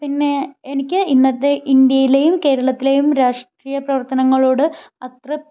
പിന്നെ എനിക്ക് ഇന്നത്തെ ഇന്ത്യയിലെയും കേരളത്തിലെയും രാഷ്ട്രീയ പ്രവർത്തനങ്ങളോട് അത്ര